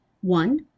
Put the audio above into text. One